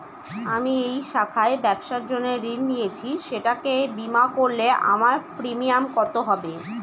আমি এই শাখায় ব্যবসার জন্য ঋণ নিয়েছি সেটাকে বিমা করলে আমার প্রিমিয়াম কত হবে?